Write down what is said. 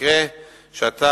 המקרה שאתה